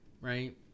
Right